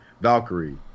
Valkyrie